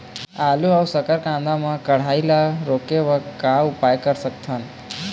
आलू अऊ शक्कर कांदा मा कढ़ाई ला रोके बर का उपाय कर सकथन?